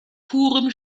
purem